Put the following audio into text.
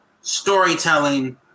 storytelling